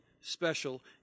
special